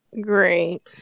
Great